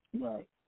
Right